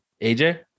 AJ